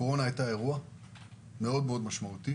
הקורונה הייתה אירוע מאוד משמעותי.